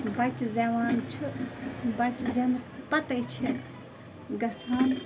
بَچہٕ زٮ۪وان چھِ بَچہٕ زٮ۪نہٕ پَتَے چھِ گژھان